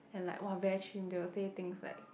then like !wah! very chim they will say things like